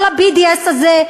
כל ה-BDS הזה,